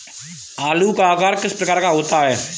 आलू का आकार किस प्रकार का होता है?